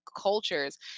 cultures